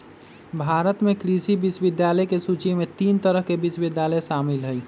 भारत में कृषि विश्वविद्यालय के सूची में तीन तरह के विश्वविद्यालय शामिल हई